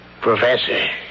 Professor